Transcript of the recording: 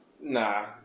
Nah